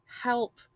help